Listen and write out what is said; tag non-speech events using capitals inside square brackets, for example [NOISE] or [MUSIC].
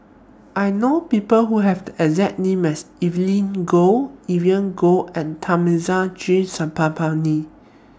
I know People Who Have The exact name as Evelyn Goh Vivien Goh and Thamizhavel G [UNINTELLIGIBLE]